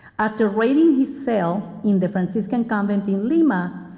after raiding his cell in the franciscan convent in lima,